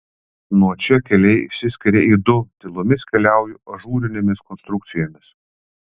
nuo čia keliai išsiskiria į du tylomis keliauju ažūrinėmis konstrukcijomis